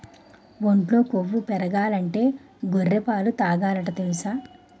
ఒంట్లో కొవ్వు పెరగాలంటే గొర్రె పాలే తాగాలట తెలుసా?